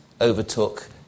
overtook